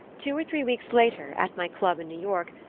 two or three weeks later, at my club in new york,